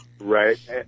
Right